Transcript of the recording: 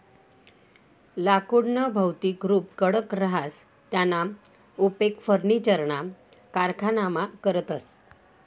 लाकुडनं भौतिक रुप कडक रहास त्याना उपेग फर्निचरना कारखानामा करतस